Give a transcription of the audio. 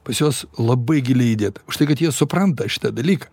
pas juos labai giliai įdėta už tai kad jie supranta šitą dalyką